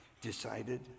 decided